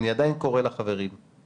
הקואליציה תצביע